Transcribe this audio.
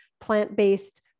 plant-based